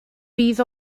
bydd